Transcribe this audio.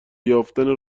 یافتن